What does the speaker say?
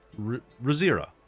Razira